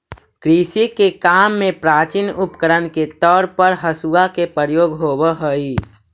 कृषि के काम में प्राचीन उपकरण के तौर पर हँसुआ के प्रयोग होवऽ हई